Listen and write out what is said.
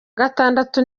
gatandatu